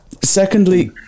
Secondly